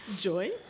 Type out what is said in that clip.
Joy